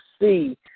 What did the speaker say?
see –